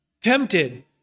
tempted